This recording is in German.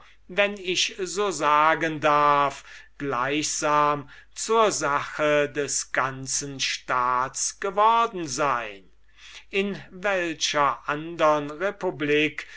wenn ich so sagen darf gleichsam zur sache des ganzen staats geworden sein in welcher andern republik